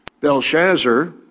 Belshazzar